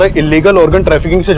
ah illegal organ trafficking